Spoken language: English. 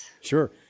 Sure